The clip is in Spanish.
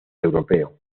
europeo